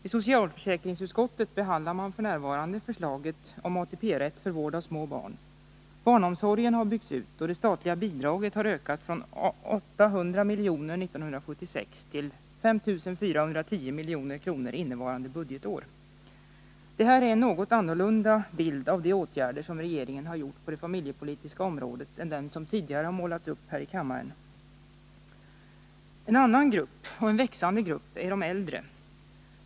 I socialförsäkringsutskottet behandlar man f. n. förslaget om rätt till ATP-poäng för vård av små barn. Barnomsorgen har byggts ut, och det statliga bidraget har ökat från 800 milj.kr. 1976 till 5 410 milj.kr. innevarande budgetår. Det här är en något annan bild av de åtgärder som regeringen vidtagit på det familjepolitiska området än den som tidigare målats upp här i kammaren. En annan, och växande, grupp är de äldre.